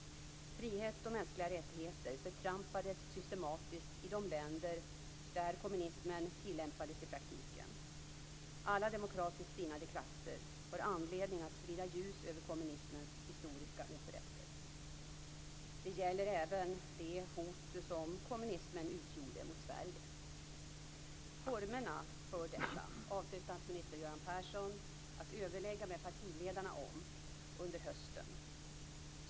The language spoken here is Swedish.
Frihet och mänskliga rättigheter förtrampades systematiskt i de länder där kommunismen tillämpades i praktiken. Alla demokratiskt sinnade krafter har anledning att sprida ljus över kommunismens historiska oförrätter. Det gäller även det hot som kommunismen utgjorde mot Sverige. Formerna för detta avser statsminister Göran Persson att överlägga med partiledarna om under hösten.